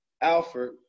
Alfred